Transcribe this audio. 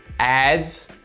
ads,